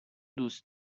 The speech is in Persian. دوست